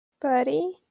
Buddy